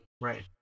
right